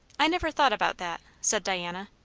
i never thought about that, said diana.